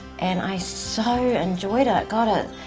and i so enjoyed ah it got it.